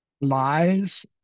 lies